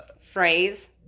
phrase